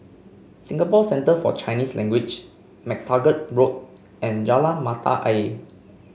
Singapore Centre For Chinese Language MacTaggart Road and Jalan Mata Ayer